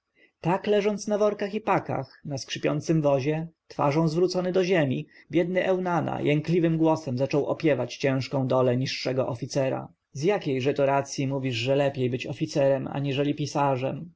tak leżąc na workach i pakach na skrzypiącym wozie twarzą zwrócony do ziemi biedny eunana jękliwym głosem zaczął opiewać ciężką dolę niższego oficera z jakiejże to racji mówisz że lepiej być oficerem aniżeli pisarzem